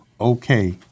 okay